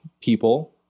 people